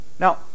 Now